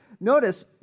Notice